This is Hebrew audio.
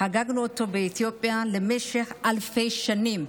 חגגנו אותו באתיופיה במשך אלפי שנים.